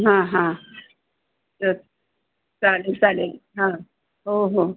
हां हां तर चालेल चालेल हां हो हो